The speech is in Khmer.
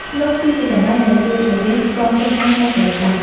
ភ្នំគឺជាកន្លែងដែលជួយឱ្យយើងស្គាល់ខ្លួនឯងកាន់តែច្បាស់។